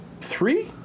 three